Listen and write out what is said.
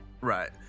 Right